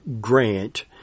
grant